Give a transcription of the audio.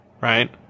right